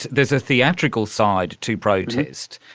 there is a theatrical side to protest.